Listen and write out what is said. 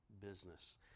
business